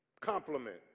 Compliment